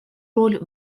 роль